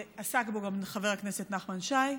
ועסק בו גם חבר הכנסת נחמן שי.